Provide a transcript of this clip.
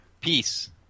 peace